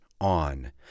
on